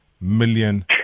million